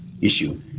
issue